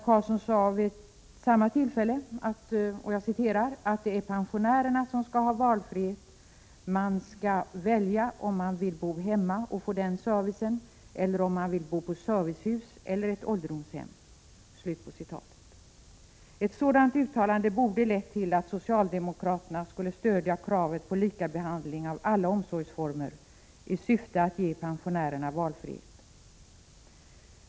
Han sade vid samma tillfälle: ”Det är pensionärerna som skall ha valfrihet, man skall välja om man vill bo hemma och få den servicen eller om man vill bo på servicehus eller ett ålderdomshem.” Ett sådant uttalande borde ha lett till att socialdemokraterna stött kravet på likabehandling av alla omsorgsformer i syfte att ge pensionärerna valfrihet.